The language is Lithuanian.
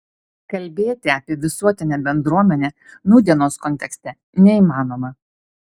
kalbėti apie visuotinę bendruomenę nūdienos kontekste neįmanoma